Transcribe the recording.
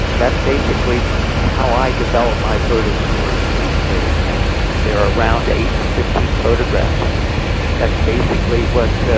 that's basically how i develop my photo stories these days, and they are around eight to fifteen photographs. and that's basically what